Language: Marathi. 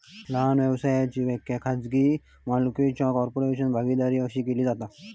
लहान व्यवसायाची व्याख्या खाजगी मालकीचो कॉर्पोरेशन, भागीदारी अशी केली जाता